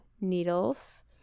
needles